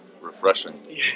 refreshing